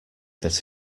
that